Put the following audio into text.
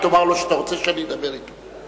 תאמר לו שאתה רוצה שאני אדבר אתו.